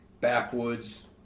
backwoods